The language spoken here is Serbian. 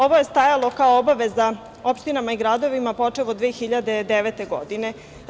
Ovo je stajalo kao obaveza opštinama i gradovima, počev od 2009. godine.